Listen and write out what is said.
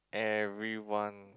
everyone